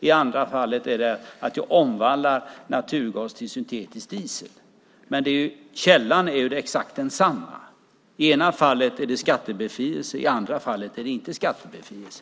I det andra fallet omvandlar man naturgas till syntetisk diesel. Källan är exakt densamma. I ena fallet är det skattebefrielse, och i det andra är det inte skattebefrielse.